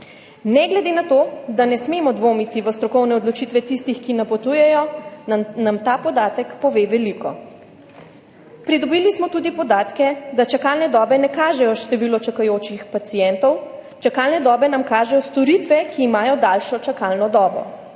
Ne glede na to, da ne smemo dvomiti v strokovne odločitve tistih, ki napotujejo, nam ta podatek pove veliko. Pridobili smo tudi podatke, da čakalne dobe ne kažejo števila čakajočih pacientov, čakalne dobe nam kažejo storitve, ki imajo daljšo čakalno dobo.